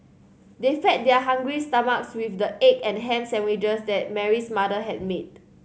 they fed their hungry stomachs with the egg and ham sandwiches that Mary's mother had made